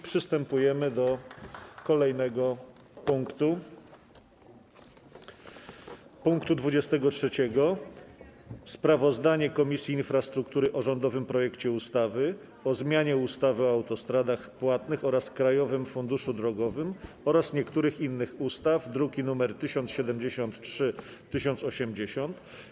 Przystępujemy do rozpatrzenia punktu 23. porządku dziennego: Sprawozdanie Komisji Infrastruktury o rządowym projekcie ustawy o zmianie ustawy o autostradach płatnych oraz o Krajowym Funduszu Drogowym oraz niektórych innych ustaw (druki nr 1073 i 1080)